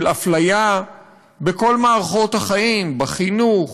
של אפליה בכל מערכות החיים, בחינוך,